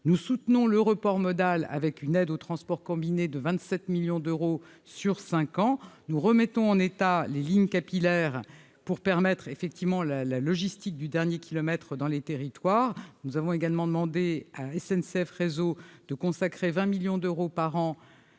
Nous soutenons le report modal avec une aide au transport combiné de 27 millions d'euros sur cinq ans et remettons en état les lignes capillaires pour permettre la logistique du dernier kilomètre dans les territoires. Nous avons également demandé à SNCF-Réseau de consacrer 20 millions d'euros par an